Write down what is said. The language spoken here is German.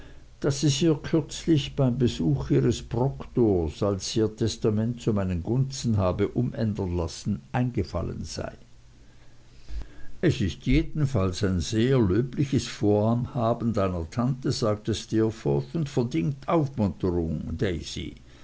daß es ihr kürzlich beim besuch ihres proktors als sie ihr testament zu meinen gunsten habe umändern lassen eingefallen sei es ist jedenfalls ein sehr löbliches vorhaben deiner tante sagte steerforth und verdient aufmunterung